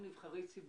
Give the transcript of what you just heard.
אנחנו נבחרי ציבור.